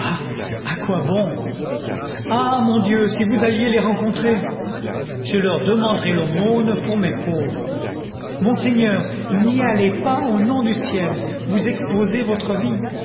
à quoi bon ah mon dieu si vous alliez les rencontrer je leur demanderai l'aumône pour mes pauvres monseigneur n'y allez pas au nom du ciel vous exposez votre vie